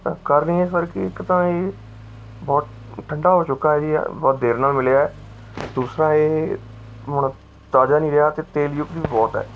sir ਕਾਰਨ ਇਹ ਹੈ ਸਰ ਕਿ ਇੱਕ ਤਾਂ ਇਹ ਬਹੁਤ ਠੰਢਾ ਹੋ ਚੁੱਕਾ ਹੈ ਜੀ ਬਹੁਤ ਦੇਰ ਨਾਲ ਮਿਲਿਆ ਦੂਸਰਾ ਇਹ ਹੁਣ ਤਾਜ਼ਾ ਨਹੀਂ ਰਿਹਾ ਅਤੇ ਤੇਲ ਯੁਕਤ ਵੀ ਬਹੁਤ ਹੈ